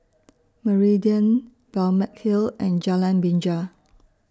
Meridian Balmeg Hill and Jalan Binja